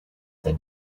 that